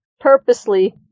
Purposely